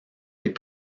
des